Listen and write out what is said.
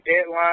deadline